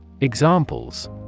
Examples